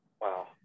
Wow